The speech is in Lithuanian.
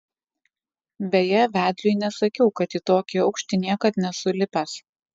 beje vedliui nesakiau kad į tokį aukštį niekad nesu lipęs